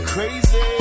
Crazy